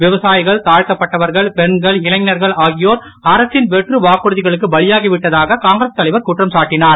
விவசாயிகள் தாழ்த்தப்பட்டவர்கள் பெண்கள் இளைஞர்கள் ஆகியோர் அரசின் வெற்று வாக்குறுதிகளுக்கு பலியாகிவிட்டதாக காங்கிரஸ் தலைவர் குற்றம் சாட்டினார்